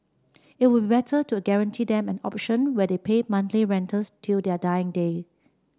it would better to guarantee them an option where they pay monthly rentals till their dying day